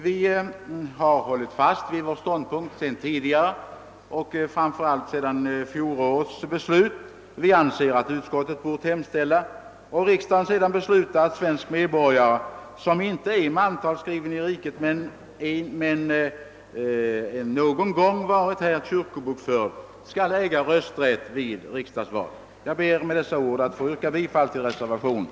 Vi har hållit fast vid vår ståndpunkt sedan tidigare och då framför allt efter fjolårets ställningstagande. Vi anser att utskottet hade bort hemställa och riksdagen sedan besluta om att svenska medborgare som inte är mantalsskrivna i riket men någon gång varit kyrkobokförda här skall äga rösträtt vid riksdagsval. Jag ber med dessa ord att få yrka bifall till reservationen.